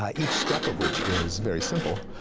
ah each step of which is very simple,